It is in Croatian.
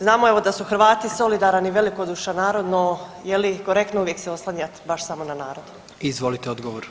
Znamo evo da su Hrvati solidaran i velikodušan narod, no je li korektno uvijek se oslanjat baš samo na narod.